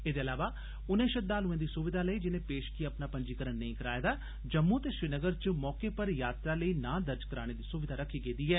एह्दे इलावा उनें यात्रुएं दी सुविधा लेई जिनें पेशगी अपना पंजीकरण नेई कराए दा जम्मू ते श्रीनगर च मौके पर यात्रा लेई नां दर्ज करने दी सुविधा रक्खी गेदी ऐ